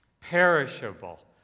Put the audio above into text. perishable